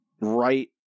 right